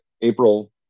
April